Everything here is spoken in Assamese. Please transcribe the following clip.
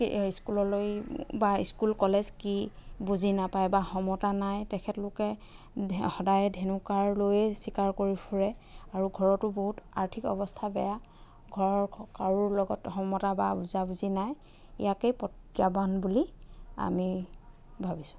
কি স্কুললৈ বা স্কুল কলেজ কি বুজি নাপায় বা সমতা নাই তেখেতলোকে সদায় ধেনু কাঁড় লৈয়ে চিকাৰ কৰি ফুৰে আৰু ঘৰতো বহুত আৰ্থিক অৱস্থা বেয়া ঘৰৰ কাৰোৰ লগত সমতা বা বুজাবুজি নাই ইয়াকেই প্ৰত্যাহ্বান বুলি আমি ভাবিছোঁ